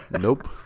Nope